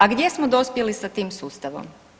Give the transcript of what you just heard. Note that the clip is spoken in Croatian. A gdje smo dospjeli sa tim sustavom?